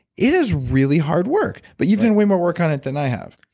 it is really hard work. but you've done way more work on it than i have.